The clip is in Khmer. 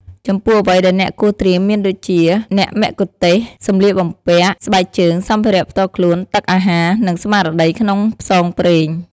ចំពោះអ្វីដែលអ្នកគួរត្រៀមមានដូចជា អ្នកមគ្គុទ្ទេសក៍ សម្លៀកបំពាក់ ស្បែកជើង សម្ភារៈផ្ទាល់ខ្លួន ទឹក អាហារ និងស្មារតីក្នុងផ្សងព្រេង។